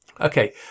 Okay